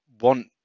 want